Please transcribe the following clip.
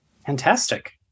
Fantastic